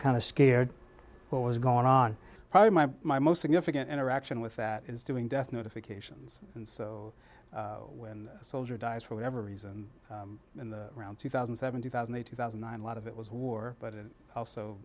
kind of scared what was going on probably my most significant interaction with that is doing death notifications and so when a soldier dies for whatever reason around two thousand seventy thousand eighty thousand nine lot of it was war but it also